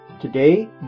Today